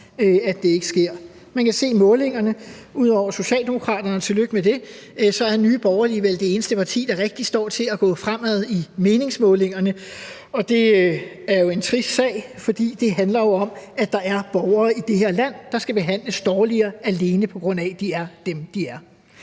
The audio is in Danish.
om det ikke sker. Man kan se på målingerne, at Nye Borgerlige – ud over Socialdemokratiet, og tillykke med det – er det eneste parti, der rigtigt står til at gå fremad i meningsmålingerne, og det er jo en trist sag, for det handler jo om, at der er borgere i det her land, der skal behandles dårligere, alene på grund af at de er dem, de er.